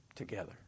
together